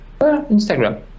Instagram